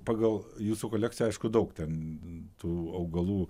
pagal jūsų kolekciją aišku daug ten tų augalų